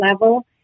level